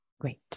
Great